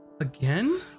Again